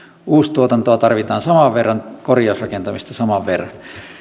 uustuotantoa tarvitaan saman verran korjausrakentamista saman verran